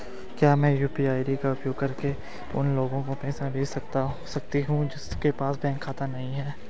क्या मैं यू.पी.आई का उपयोग करके उन लोगों के पास पैसे भेज सकती हूँ जिनके पास बैंक खाता नहीं है?